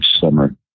summer